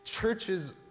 Churches